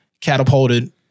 catapulted